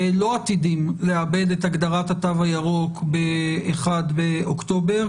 לא עתידים לאבד את הגדרת התו הירוק ב-1 באוקטובר.